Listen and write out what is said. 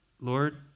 Lord